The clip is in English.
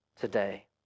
today